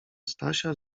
stasia